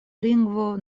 lingvo